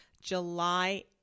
July